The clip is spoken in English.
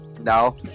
No